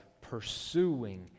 pursuing